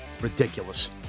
ridiculous